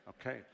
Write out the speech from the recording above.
okay